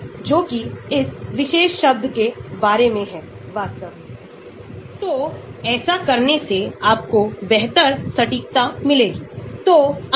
हमने देखा NO2 meta हमारे पास सिग्मा मेटा है 012 पैरा 037 केवल इंडक्टिव इफेक्ट है